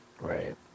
Right